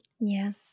Yes